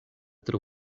tro